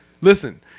listen –